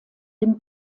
dem